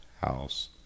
house